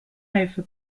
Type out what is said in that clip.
over